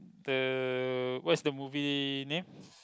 the what is the movie name